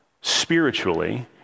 spiritually